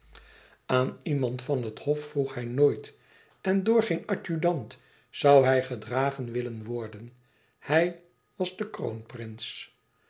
aan iemand van het hof vroeg hij nooit en door geen adjudant zoû hij gedragen willen worden hij was de